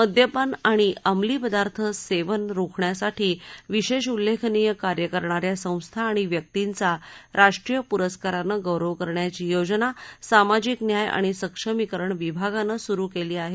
मद्यपान आणि अंमली पदार्थ सेवन रोखण्यासाठी विशेष उल्लेखनीय कार्य करणा या संस्था आणि व्यक्तिंचा राष्ट्रीय पुरस्कारानं गौरव करण्याची योजना सामाजिक न्याय आणि सक्षमीकरण विभागानं सुरु केली आहे